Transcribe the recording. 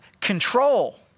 control